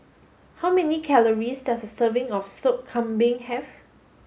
how many calories does a serving of Sop Kambing have